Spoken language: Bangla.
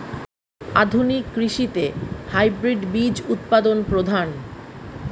আধুনিক কৃষিত হাইব্রিড বীজ উৎপাদন প্রধান